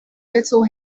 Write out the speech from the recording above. little